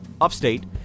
upstate